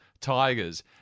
Tigers